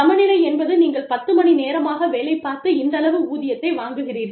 சமநிலை என்பது நீங்கள் 10 மணி நேரமாக வேலை பார்த்து இந்தளவு ஊதியத்தை வாங்குகிறீர்கள்